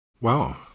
Wow